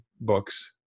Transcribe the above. books